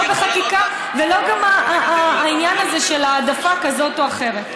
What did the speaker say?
לא בחקיקה ולא גם העניין של העדפה כזאת או אחרת.